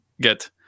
get